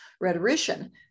rhetorician